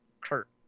Kurt